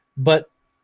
but,